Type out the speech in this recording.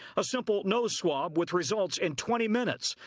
a simple nose swab with results in twenty minutes.